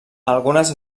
algunes